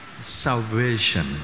Salvation